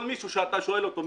כל מי שאתה שואל אותו,